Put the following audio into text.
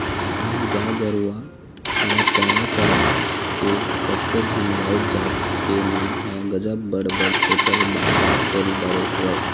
आज गाय गरुवा ल चरा चरा के कतको झन राउत जात के मन ह गजब बड़ बड़ होटल बासा खोल डरे हवय